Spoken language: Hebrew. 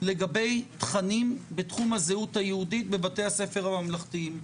לגבי תכנים בתחום הזהות היהודית בבתי הספר הממלכתיים.